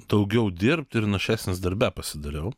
daugiau dirbt ir našesnis darbe pasidariau